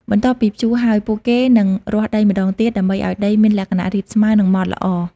បន្ទាប់ពីភ្ជួរហើយ ពួកគេនឹងរាស់ដីម្តងទៀតដើម្បីឱ្យដីមានលក្ខណៈរាបស្មើនិងម៉ដ្ឋល្អ។